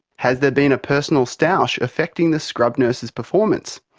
has there been a personal stoush affecting the scrub nurse's performance?